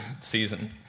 season